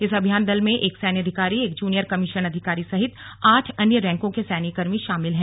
इस अभियान दल में एक सैन्यधिकारी एक जूनियर कमीशंड अधिकारी सहित आठ अन्य रैंकों के सैन्यकर्मी शामिल हैं